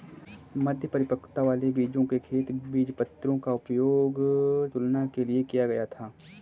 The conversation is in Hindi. मध्य परिपक्वता वाले बीजों के खेत बीजपत्रों का उपयोग तुलना के लिए किया गया था